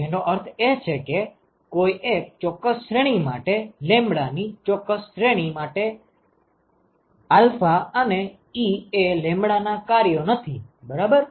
જેનો અર્થ એ છે કે કોઈ એક ચોક્કસ શ્રેણી માટે λ ની ચોક્કસ શ્રેણી માટે α અને ε એ λ ના કાર્યો નથી બરાબર